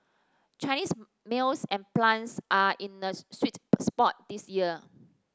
Cinese mills and plants are in a sweet spot this year